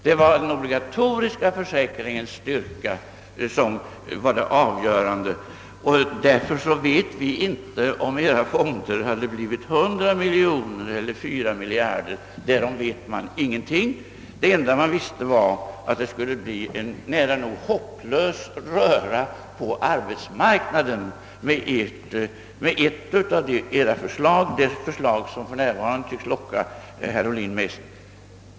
Det var den obligatoriska försäkringens styrka som var avgörande, och därför vet vi nu inte om era fonder hade blivit 100 miljoner kronor, 2 eller 4 miljarder kronor. Det enda man visste var att det skulle bli en nära nog hopplös röra på arbetsmarknaden med ett av era förslag, det förslag som för närvarande tycks locka herr Ohlin mest.